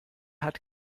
hat